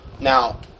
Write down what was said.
Now